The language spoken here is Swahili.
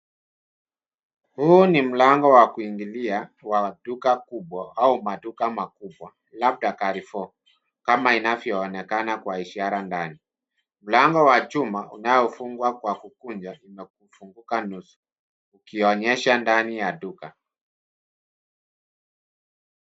Huu ni mlango wa kuingilia kwa duka kubwa au maduka makubwa labda Carrefour kama inavyo onekana kwa ishara ndani, mlango wa chuma unaofungwa kwa kukunjwa umefunguka nusu ukionyesha ndani ya duka.